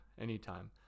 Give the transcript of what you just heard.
anytime